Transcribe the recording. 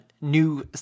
new